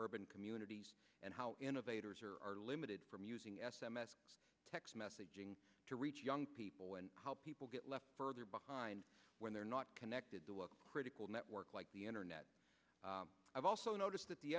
urban communities and how innovators are are limited from using s m s text messaging to reach young people when people get left further behind when they're not connected to a critical network like the internet i've also noticed that the